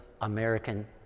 American